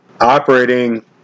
operating